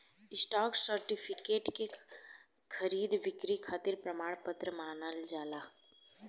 stock certificate के खरीद बिक्री खातिर प्रमाण पत्र मानल जाला